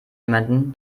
jemanden